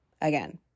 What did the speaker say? Again